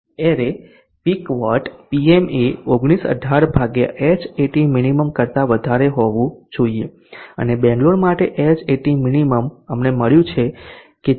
array peak watt Pm એ ૧૯૧૮ ભાગ્યા Hat minimum કરતા વધારે હોવું જોઈએ અને બેંગ્લોર માટે Hat minimum અમને મળ્યું છે કે 4